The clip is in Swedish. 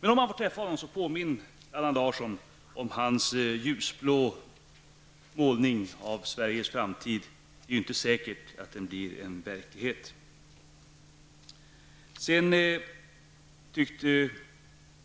Men om Åke Wictorsson får träffa Allan Larsson, så påminn honom om hans ljusblå bild av Sveriges framtid! Det är ju inte säkert att den blir verklighet. Sedan tyckte